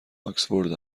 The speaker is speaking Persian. آکسفورد